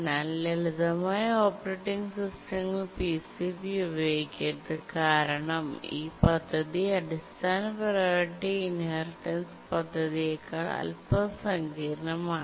എന്നാൽ ലളിതമായ ഓപ്പറേറ്റിംഗ് സിസ്റ്റങ്ങൾ PCP ഉപയോഗിക്കരുത് കാരണം ഈ പദ്ധതി അടിസ്ഥാന പ്രിയോറിറ്റി ഇൻഹെറിറ്റൻസ് പദ്ധതിയെക്കാൾ അല്പം സങ്കീർണ്ണമാണ്